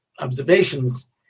observations